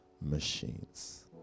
machines